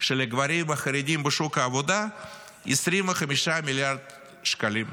של הגברים החרדים בשוק העבודה הוא 25 מיליארד שקלים.